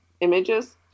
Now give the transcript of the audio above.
images